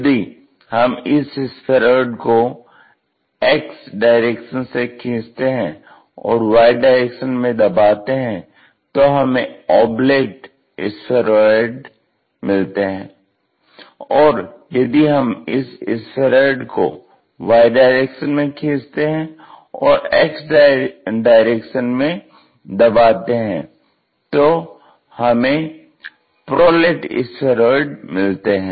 यदि हम इस स्फेरॉइड को x डायरेक्शन में खींचते हैं और y डायरेक्शन में दबाते हैं तो हमें ऑबलेट स्फेरॉइड्स मिलते है और यदि हम इस स्फेरॉइड को y डायरेक्शन में खींचते हैं और x डायरेक्शन में दबाते हैं तो हमे प्रोलेट स्फेरॉइड्स मिलते है